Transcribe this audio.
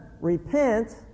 repent